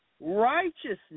righteousness